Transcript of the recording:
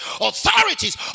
authorities